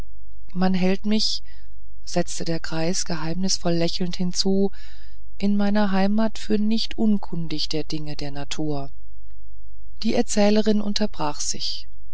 man hält mich setzte der greis geheimnisvoll lächelnd hinzu in meiner heimat für nicht unkundig der dinge der natur die erzählerin unterbrach sich